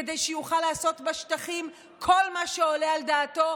כדי שהוא יוכל לעשות בשטחים כל מה שעולה על דעתו,